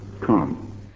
come